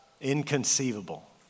Inconceivable